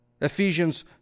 Ephesians